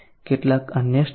કેટલાક અન્ય સ્ટેટ